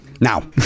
now